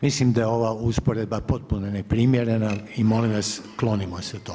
Mislim da je ova usporedba potpuno neprimjerena i molim vas, klonimo se toga.